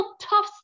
tough